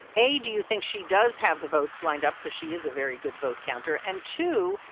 a, do you think she does have the votes lined up? because she is a very good vote counter. and, two,